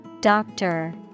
Doctor